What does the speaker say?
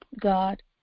God